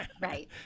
Right